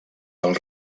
del